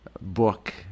book